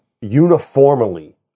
uniformly